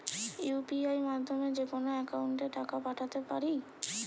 UPI মাধ্যমে যেকোনো একাউন্টে টাকা পাঠাতে পারি?